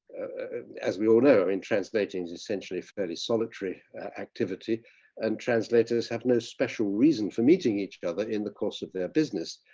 as we all know in translating is essentially a fairly solitary activity and translators have no special reason for meeting each other in the course of their business.